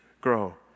grow